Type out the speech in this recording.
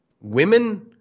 women